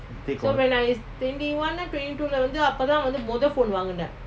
take course